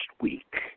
week